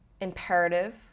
imperative